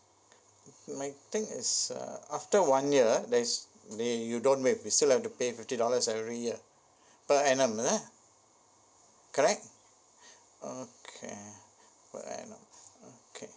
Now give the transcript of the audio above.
I think it's uh after one year there's they you don't waive you still have to pay fifty dollars every year per annum ya correct okay per annum okay